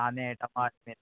कांदे टमाट बीन